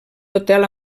hotel